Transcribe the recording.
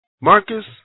Marcus